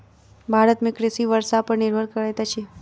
भारत में कृषि वर्षा पर निर्भर करैत अछि